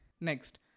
Next